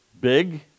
big